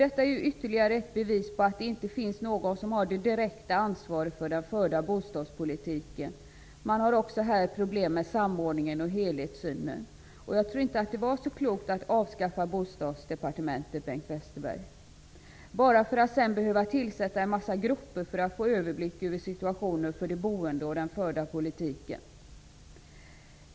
Detta är ytterligare ett bevis på att det inte finns någon som har det direkta ansvaret för den förda bostadspolitiken. Man har också problem med samordningen och helhetssynen. Det var nog inte så klokt att avskaffa Bostadsdepartementet, Bengt Westerberg; detta bara för att sedan behöva tillsätta en massa grupper för att få överblick över situationen för de boende och över den förda politiken.